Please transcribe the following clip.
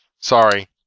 Sorry